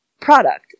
product